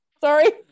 sorry